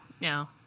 no